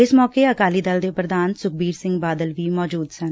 ਇਸ ਮੋਕੇ ਅਕਾਲੀ ਦਲ ਦੇ ਪ੍ਰਧਾਨ ਸੁਖਬੀਰ ਸਿੰਘ ਬਾਦਲ ਵੀ ਮੌਜੁਦ ਸਨ